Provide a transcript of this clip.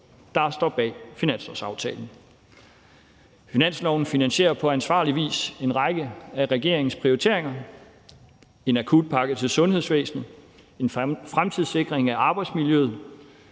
der står bag finanslovsaftalen. Finansloven finansierer på ansvarlig vis en række af regeringens prioriteringer – en akutpakke til sundhedsvæsenet, en fremtidssikring af arbejdsmiljøet,